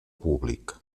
públic